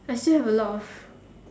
I still have a lot of